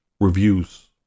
reviews